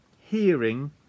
hearing